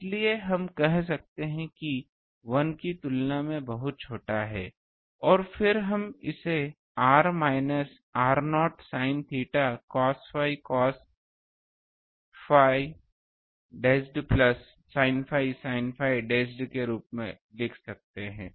इसलिए हम कह सकते हैं कि यह 1 की तुलना में बहुत छोटा है और फिर हम इसे r minus r0 sin theta cos phi cos phi dashed plus sin phi sin phi dashed के रूप में लिख सकते हैं